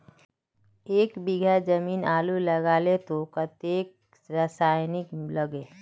एक बीघा जमीन आलू लगाले तो कतेक रासायनिक लगे?